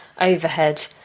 overhead